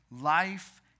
life